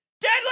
Deadly